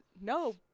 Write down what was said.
no